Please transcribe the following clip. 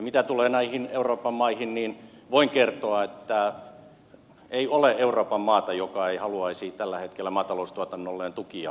mitä tulee näihin euroopan maihin niin voin kertoa että ei ole euroopan maata joka ei haluaisi tällä hetkellä maataloustuotannolleen tukia